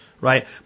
right